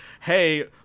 hey